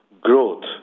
growth